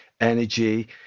energy